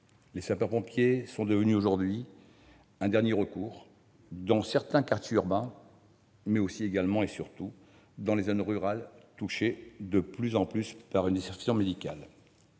les sapeurs-pompiers sont devenus aujourd'hui un dernier recours, dans certains quartiers urbains, mais également et surtout dans nos zones rurales de plus en plus touchées par la désertification médicale.